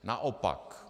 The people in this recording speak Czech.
Naopak.